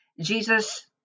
Jesus